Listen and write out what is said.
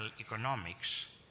economics